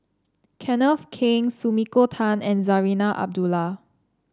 Kenneth Keng Sumiko Tan and Zarinah Abdullah